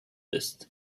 ist